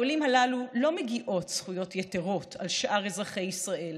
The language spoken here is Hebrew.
לעולים הללו לא מגיעות זכויות יתרות על שאר אזרחי ישראל